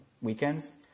weekends